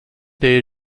they